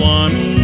one